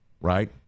right